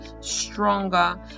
stronger